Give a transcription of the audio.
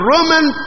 Roman